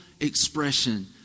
expression